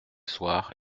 soirs